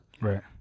Right